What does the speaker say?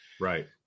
Right